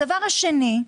הדבר השני,